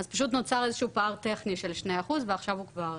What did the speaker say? אז פשוט נוצר איזשהו פער טכני של 2% ועכשיו הוא כבר